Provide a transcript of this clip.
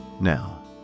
Now